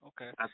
okay